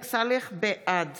סאלח, בעד